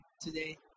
today